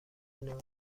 نوع